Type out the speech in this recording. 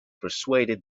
persuaded